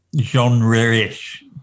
genre-ish